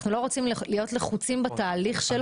אנחנו לא רוצים להיות לחוצים בתהליך שלו.